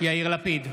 יאיר לפיד,